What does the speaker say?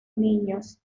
niños